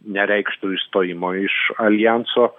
nereikštų išstojimo iš aljanso